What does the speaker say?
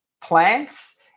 plants